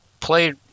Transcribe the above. played –